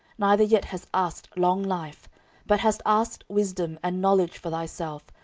neither yet hast asked long life but hast asked wisdom and knowledge for thyself,